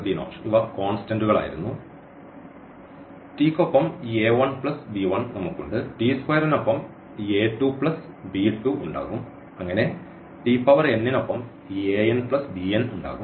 അതിനാൽ ഇവ കോൺസ്റ്റന്റുകളായിരുന്നു ഒപ്പം t നൊപ്പം ഈ നമുക്ക് ഉണ്ട് നൊപ്പം ഈ ഉണ്ടാകും അങ്ങനെ നൊപ്പം ഈ ഉണ്ടാകും